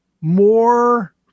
more